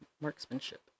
Marksmanship